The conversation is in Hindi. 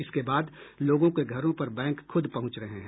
इसके बाद लोगों के घरों पर बैंक खुद पहुंच रहे हैं